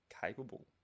capable